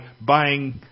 buying